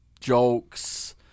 jokes